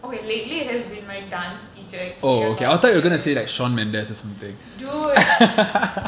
okay lately it has been my dance teacher actually a lot ya ya ya dude